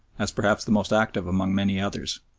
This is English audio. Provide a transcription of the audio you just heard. as perhaps the most active among many others.